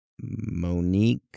Monique